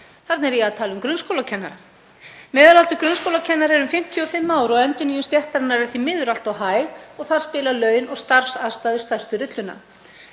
Þarna er ég að tala um grunnskólakennara. Meðalaldur grunnskólakennara er um 55 ár en endurnýjun stéttarinnar er því miður allt of hæg og þar spila laun og starfsaðstæður stærstu rulluna.